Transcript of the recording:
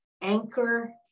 anchor